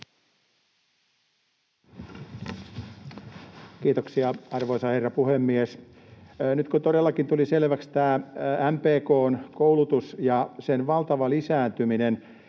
Kiitoksia, arvoisa herra puhemies! Nyt kun todellakin tuli selväksi tämä MPK:n koulutuksen valtava lisääntyminen,